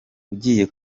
ugiye